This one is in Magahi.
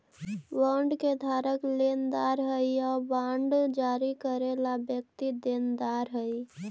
बॉन्ड के धारक लेनदार हइ आउ बांड जारी करे वाला व्यक्ति देनदार हइ